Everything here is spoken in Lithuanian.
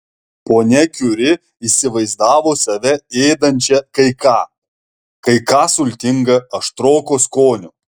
ponia kiuri įsivaizdavo save ėdančią kai ką kai ką sultinga aštroko skonio